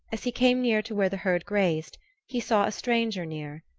as he came near to where the herd grazed he saw a stranger near,